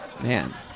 Man